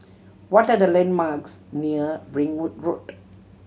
what are the landmarks near Ringwood Road